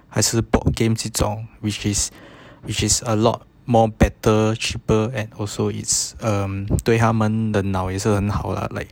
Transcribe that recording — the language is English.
还是 board games 这种 which is which is a lot more better cheaper and also it's um 对他们的脑也是很好 lah like